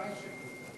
הצבעה שמית.